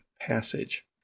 passage